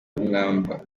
umwambaro